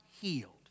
healed